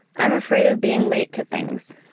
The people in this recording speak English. i'm afraid of being late to things.